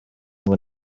ngo